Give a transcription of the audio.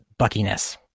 buckiness